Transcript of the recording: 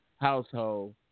household